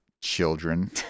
children